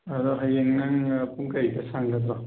ꯑꯗꯣ ꯍꯌꯦꯡ ꯅꯪꯅ ꯄꯨꯡ ꯀꯩꯗ ꯁꯪꯒꯗ꯭ꯔꯣ